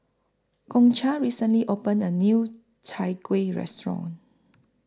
Concha recently opened A New Chai Kuih Restaurant